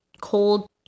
cold